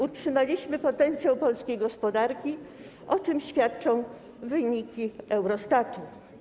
Utrzymaliśmy potencjał polskiej gospodarki, o czym świadczą wyniki Eurostatu.